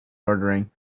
ordering